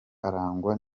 arangwa